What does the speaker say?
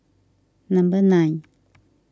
number nine